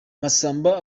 masamba